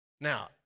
Now